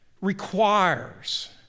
requires